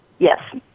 Yes